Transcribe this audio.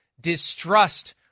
distrust